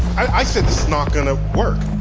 i said this is not going to work.